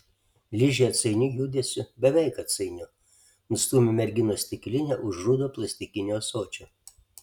ližė atsainiu judesiu beveik atsainiu nustūmė merginos stiklinę už rudo plastikinio ąsočio